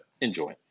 enjoy